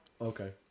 okay